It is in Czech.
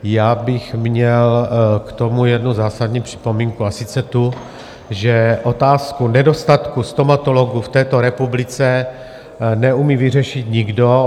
Já bych měl k tomu jednu zásadní připomínku, a sice tu, že otázku nedostatku stomatologů v této republice neumí vyřešit nikdo.